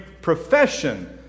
profession